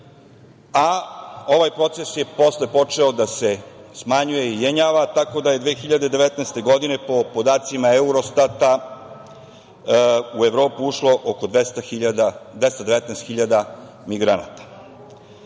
a ovaj proces je posle počeo da se smanjuje i jenjava, tako da, je 2019. godine, po podacima Eurostata, u Evropu ušlo oko 219.000 migranata. Zemlja